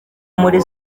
muri